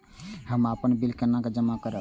हम अपन बिल केना जमा करब?